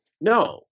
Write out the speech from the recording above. No